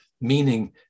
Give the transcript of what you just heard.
meaning